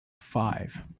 Five